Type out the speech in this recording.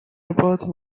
about